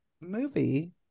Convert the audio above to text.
movie